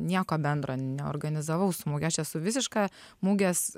nieko bendro neorganizavau su muge aš esu visiška mugės